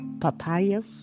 papayas